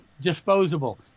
Disposable